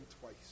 twice